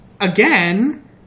again